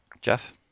Jeff